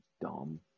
dumb